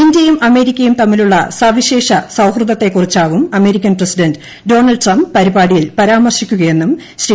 ഇന്ത്യയും അമേരിക്കയും തമ്മിലുള്ള സവിശേഷ സൌഹൃദത്തെക്കുറിച്ചാവും അമേരിക്കൻ പ്രസിഡന്റ് ഡൊണാൾഡ് ട്രംപ് പരിപാടിയിൽ പരാമർശിക്കുകയെന്നും ശ്രീ